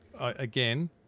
again